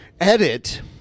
edit